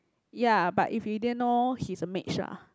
ya but if you didn't know he's a mage ah